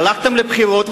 הלכתם לבחירות,